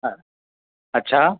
हं अच्छा